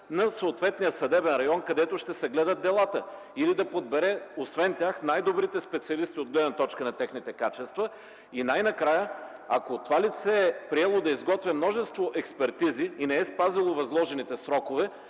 на съответния съдебен район, където ще се гледат делата, или да подбере, освен тях, най-добрите специалисти от гледна точка на техните качества и най-накрая, ако това лице е приело да изготвя множество експертизи и не е спазило възложените срокове,